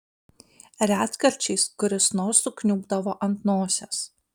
retkarčiais kuris nors sukniubdavo ant nosies